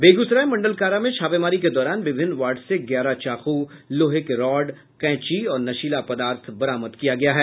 बेगूसराय मंडल कारा में छापेमारी के दौरान विभिन्न वार्ड से ग्यारह चाकू लोहे के रॉड कैंची और नशीला पदार्थ बरामद किया गया है